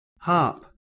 harp